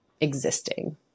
existing